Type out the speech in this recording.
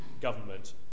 government